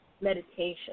meditation